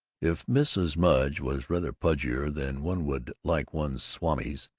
if mrs. mudge was rather pudgier than one would like one's swamis,